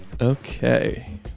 okay